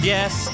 Yes